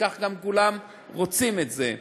וכך כולם רוצים את זה.